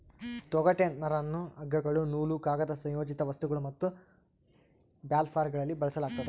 ತೊಗಟೆ ನರನ್ನ ಹಗ್ಗಗಳು ನೂಲು ಕಾಗದ ಸಂಯೋಜಿತ ವಸ್ತುಗಳು ಮತ್ತು ಬರ್ಲ್ಯಾಪ್ಗಳಲ್ಲಿ ಬಳಸಲಾಗ್ತದ